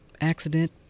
accident